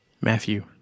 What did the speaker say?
Matthew